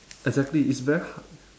exactly it's very hard